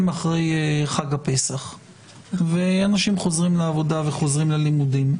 אחרי חג הפסח ואנשים חוזרים לעבודה וחוזרים ללימודים,